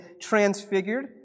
transfigured